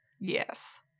Yes